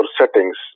settings